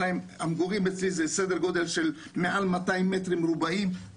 המגורים אצלי זה סדר גודל של מעל 200 מטרים מרובעים,